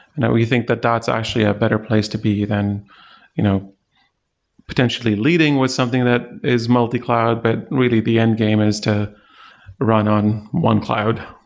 and we think that that's actually a better place to be then you know potentially leading with something that is multi-cloud, but really the end game is to run on one cloud